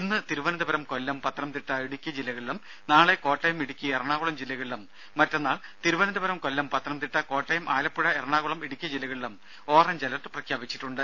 ഇന്ന് തിരുവനന്തപുരം കൊല്ലം പത്തനംതിട്ട ഇടുക്കി ജില്ലകളിലും നാളെ കോട്ടയം ഇടുക്കി എറണാകുളം ജില്ലകളിലും മറ്റന്നാൾ തിരുവനന്തപുരം കൊല്ലം പത്തനംതിട്ട കോട്ടയം ആലപ്പുഴ എറണാകുളം ഇടുക്കി ജില്ലകളിലും ഓറഞ്ച് അലർട്ട് പ്രഖ്യാപിച്ചിട്ടുണ്ട്